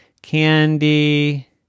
Candy